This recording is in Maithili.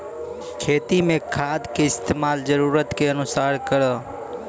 खेती मे खाद के इस्तेमाल जरूरत के अनुसार करऽ